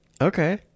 Okay